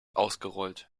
ausgerollt